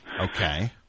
Okay